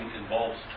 involves